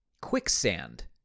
quicksand